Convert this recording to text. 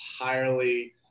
entirely